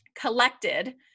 collected